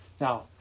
Now